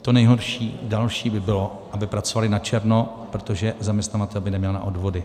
To nejhorší další by bylo, aby pracovali načerno, protože zaměstnavatel by neměl na odvody.